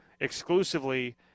exclusively